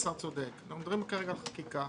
אנחנו מדברים כרגע על חקיקה.